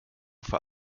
vor